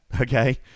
okay